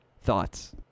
thoughts